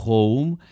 Home